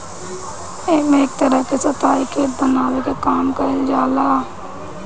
एमे एक तरह के स्थाई खेत बनावे के काम कईल जाला